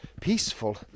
peaceful